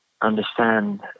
understand